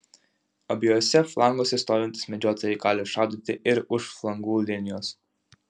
abiejuose flanguose stovintys medžiotojai gali šaudyti ir už flangų linijos